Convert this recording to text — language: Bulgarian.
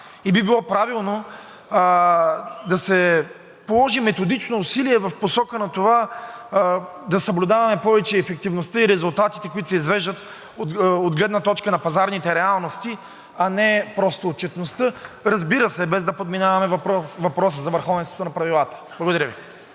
и би било правилно да се положи методично усилие в посока на това да съблюдаваме повече ефективността и резултатите, които се извеждат от гледна точка на пазарните реалности, а не просто отчетността, разбира се, без да подминаваме въпроса за върховенството на правилата. Благодаря Ви.